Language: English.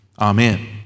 Amen